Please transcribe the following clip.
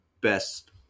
best